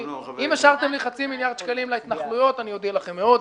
ואם השארתם לי חצי מיליארד שקלים להתנחלויות אני אודה לך מאוד.